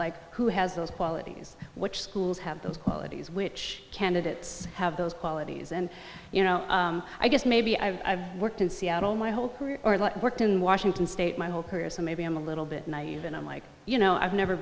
like who has those qualities which schools have those qualities which candidates have those qualities and you know i guess maybe i worked in seattle my whole career or worked in washington state my whole career so maybe i'm a little bit naive and i'm like you know i've never